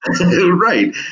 Right